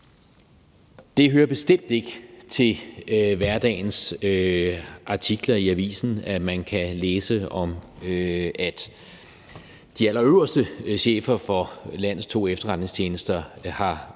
Det hører bestemt ikke til hverdagen, at man i artikler i avisen kan læse om, at de allerøverste chefer for landets to efterretningstjenester har været